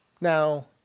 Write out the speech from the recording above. Now